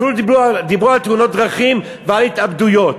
אפילו דיברו על תאונות דרכים ועל התאבדויות,